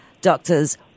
Doctors